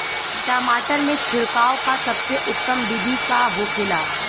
टमाटर में छिड़काव का सबसे उत्तम बिदी का होखेला?